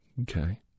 Okay